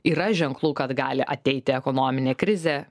yra ženklų kad gali ateiti ekonominė krizė